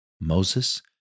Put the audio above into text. Moses